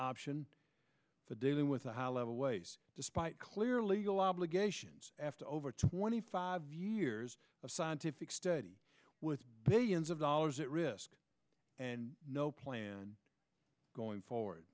option for dealing with a high level waste despite clear legal obligations after over twenty five years of scientific study with they ins of dollars at risk and no plan going forward